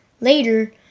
Later